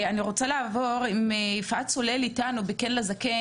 אני רוצה לעבור ליפעת סולל מ"כן לזקן".